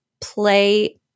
play